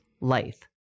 life